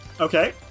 Okay